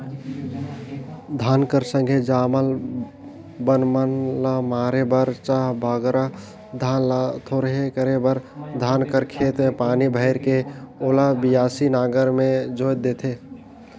धान कर संघे जामल बन मन ल मारे बर चहे बगरा धान ल थोरहे करे बर धान कर खेत मे पानी भइर के ओला बियासी नांगर मे जोएत देथे